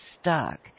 stuck